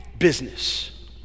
business